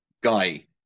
Guy